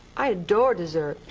i adore dessert.